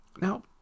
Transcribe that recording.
Now